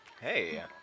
Hey